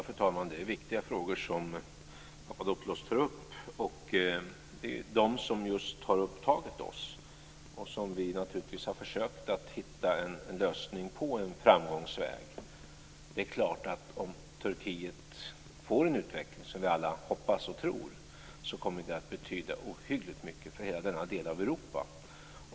Fru talman! Det är viktiga frågor som Papadopoulos tar upp, och det är också just dessa som vi har ägnat oss åt. Vi har naturligtvis försökt att hitta en sådan framgångsväg. Det är klart att om Turkiet får en sådan utveckling som vi alla hoppas och tror, kommer det att betyda ohyggligt mycket för hela denna del av Europa.